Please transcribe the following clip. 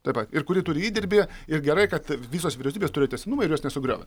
tuoj pat ir kuri turi įdirbį ir gerai kad visos vyriausybės turi tęstinumą ir jos nesugriovė